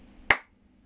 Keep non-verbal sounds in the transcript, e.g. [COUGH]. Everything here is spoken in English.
[NOISE]